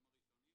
הם הראשונים.